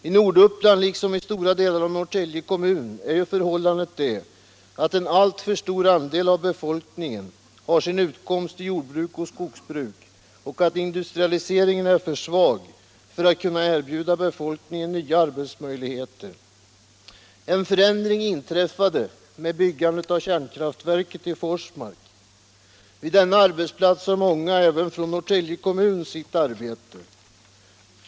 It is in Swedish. I Norduppland liksom i stora delar av Norrtälje kommun är förhållandet det, att en alltför stor andel av befolkningen har sin utkomst i jordbruk och skogsbruk och att industrialiseringen är för svag för att kunna erbjuda nya arbetsmöjligheter. En förändring inträffade med byggandet av kärnkraftverket i Forsmark. Vid denna arbetsplats har många även från Norrtälje kommun sitt arbete.